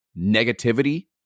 negativity